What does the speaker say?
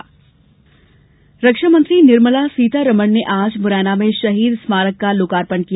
रक्षामंत्री मुरैना रक्षामंत्री निर्मला सीतारमण ने आज मुरैना में शहीद स्मारक का लोकार्पण किया